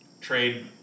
trade